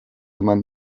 man